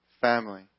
Family